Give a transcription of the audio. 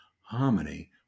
harmony